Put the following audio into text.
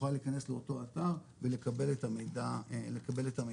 נוכל להיכנס לאותו אתר ולקבל את המידע במלואו.